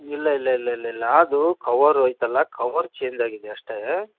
ಇಲ್ಲ ಇಲ್ಲ ಇಲ್ಲ ಇಲ್ಲಿಲ್ಲ ಅದು ಕವರು ಐತಲ್ಲ ಕವರ್ ಚೇಂಜ್ ಆಗಿದೆ ಅಷ್ಟೇ